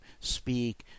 speak